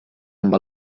amb